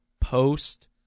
post